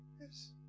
Yes